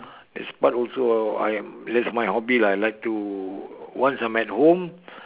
this part also I'm that's my hobby lah I like to once I'm at home